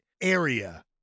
area